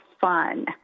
fun